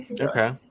Okay